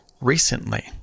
recently